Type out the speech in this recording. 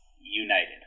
united